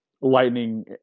Lightning